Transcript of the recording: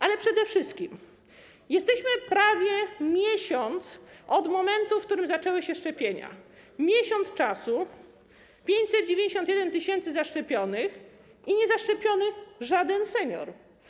Ale przede wszystkim: minął prawie miesiąc od momentu, w którym zaczęły się szczepienia, miesiąc, 591 tys. zaszczepionych i niezaszczepiony żaden senior.